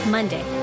Monday